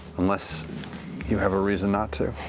unless you have a reason not to.